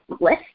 list